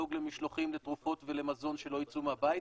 לדאוג למשלוחים, לתרופות ולמזון, שלא ייצאו מהבית.